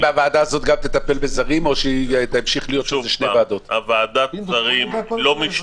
הוועדה הזו תטפל בזרים או --- הוועדה לא משתנה.